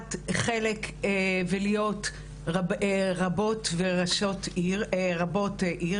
מלקחת חלק ולהיות רבות ורבות עיר